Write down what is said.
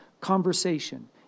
conversation